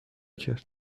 کرد